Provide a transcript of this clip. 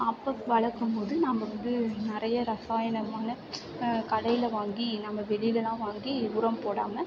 அப்போ வளர்க்கும்போது நம்ம வந்து நிறையா ரசாயனமன்னால் கடையில் வாங்கி நம்ம வெளியிலெலாம் வாங்கி உரம் போடாமல்